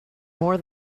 more